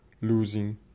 losing